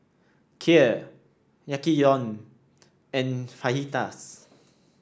Kheer Yaki Udon and Fajitas